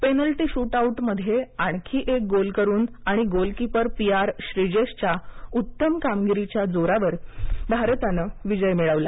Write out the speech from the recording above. penalty shoot आउटमध्ये आणखी एक गोल करून आणि गोलकीपर पी आर श्रीजेशच्या उत्तम कामगिरीच्या जोरावर भारताने विजय मिळवला